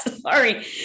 Sorry